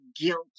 guilt